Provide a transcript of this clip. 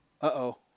Uh-oh